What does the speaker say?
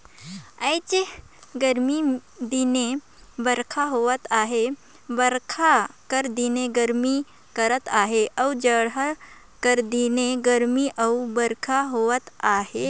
आएज गरमी दिने बरिखा होवत अहे बरिखा कर दिने गरमी करत अहे अउ जड़हा कर दिने गरमी अउ बरिखा होवत अहे